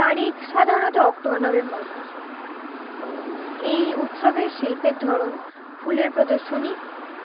তারিখ সাধারণত October November মাস ও এই উৎসবে শিল্পের ধরন ফুলের প্রদর্শনী